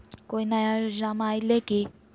कोइ नया योजनामा आइले की?